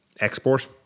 export